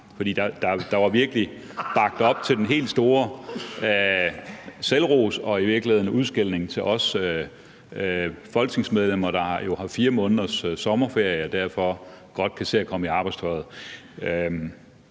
virkelig lagt op til den helt store selvros og i virkeligheden udskældning til os folketingsmedlemmer, der jo har 4 måneders sommerferie og derfor godt kan se at komme i arbejdstøjet.